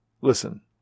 Listen